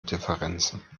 differenzen